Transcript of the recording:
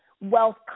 wealth